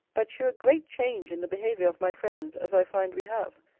that shew a great change in the behaviour of my friends as i find we have.